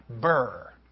burr